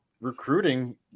recruiting